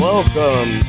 Welcome